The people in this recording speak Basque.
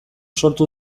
sortu